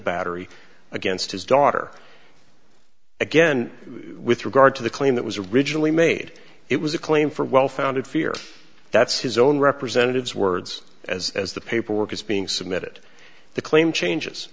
battery against his daughter again with regard to the claim that was originally made it was a claim for well founded fear that's his own representatives words as as the paperwork is being submitted the claim changes